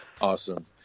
Awesome